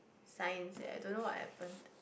science eh I don't know what happened